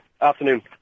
Afternoon